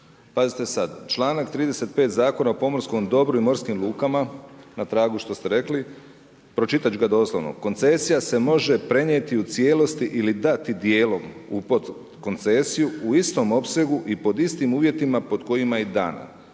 Pazite sad. Članak 35. Zakona o pomorskom dobru i morskim lukama na tragu što ste rekli pročitat ću ga doslovno: „Koncesija se može prenijeti u cijelosti ili dati dijelom u podkoncesiju u istom opsegu i pod istim uvjetima pod kojima je i dana